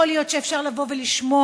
יכול להיות שאפשר לבוא ולשמוע,